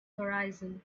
horizon